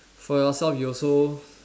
for yourself you also